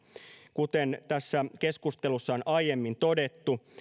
kuten tässä keskustelussa on aiemmin todettu